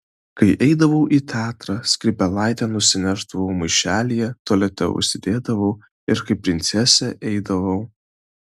kai eidavau į teatrą skrybėlaitę nusinešdavau maišelyje tualete užsidėdavau ir kaip princesė eidavau